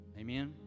Amen